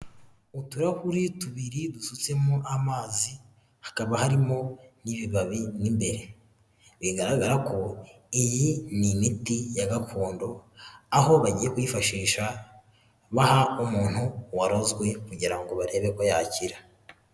Uturahuri tubiri dusutsemo amazi, hakaba harimo n'ibibabi mo imbe. Bigaragara ko iyi ni imiti ya gakondo, aho bagiye kwifashisha baha umuntu warozwe, kugira ngo barebe ko yakira.